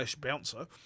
bouncer